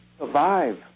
survive